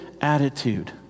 attitude